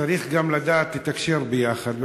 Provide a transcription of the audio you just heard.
צריך גם לדעת לתקשר ביחד,